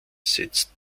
setzt